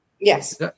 Yes